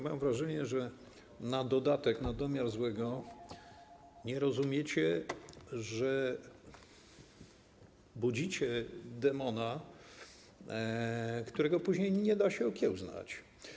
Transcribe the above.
Mam wrażenie, że na dodatek, na domiar złego nie rozumiecie, że budzicie demona, którego później nie da się okiełznać.